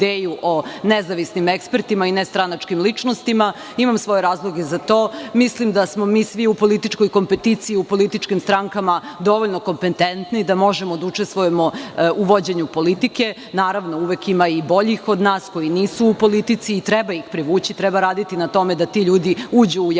o nezavisnim ekspertima i nestranačkim ličnostima. Imam svoje razloge za to. Mislim da smo mi svi u političkoj kompeticiji, u političkim strankama dovoljno kompetentni da možemo da učestvujemo u vođenju politike. Naravno, uvek ima i boljih od nas, koji nisu u politici i treba ih privući, treba raditi na tome da ti ljudi uđu u javnu